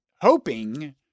Hoping